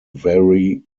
vary